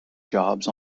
jobs